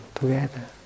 together